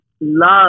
love